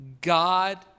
God